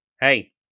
hey